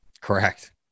Correct